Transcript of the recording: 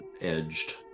edged